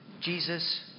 Jesus